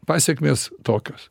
pasekmės tokios